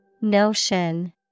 Notion